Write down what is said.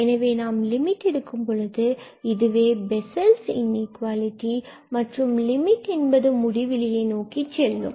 எனவே நாம் லிமிட் எடுக்கும்பொழுது இதுவே பெஸல்ஸ் இன்இகுவாலிட்டி மற்றும் லிமிட் என்பது முடிவிலியை நோக்கிச் செல்லும்